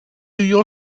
your